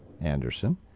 Anderson